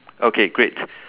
okay great